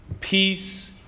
Peace